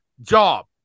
job